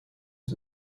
het